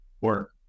work